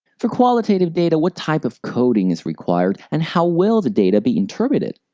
for qualitative data, what types of coding is required and how will the data be interpreted?